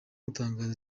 gutangaza